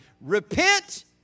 Repent